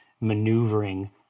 maneuvering